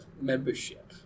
membership